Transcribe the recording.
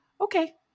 okay